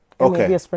okay